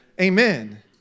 Amen